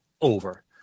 Over